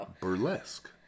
Burlesque